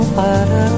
para